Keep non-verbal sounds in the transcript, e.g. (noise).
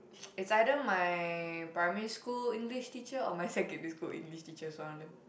(noise) it's either my primary school English teacher or my secondary school English teacher it's one of them